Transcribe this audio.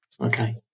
Okay